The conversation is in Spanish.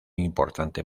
importante